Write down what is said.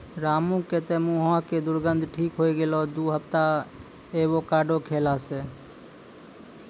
रामू के तॅ मुहों के दुर्गंध ठीक होय गेलै दू हफ्ता एवोकाडो खैला स